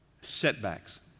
setbacks